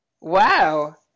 Wow